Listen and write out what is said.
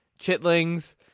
chitlings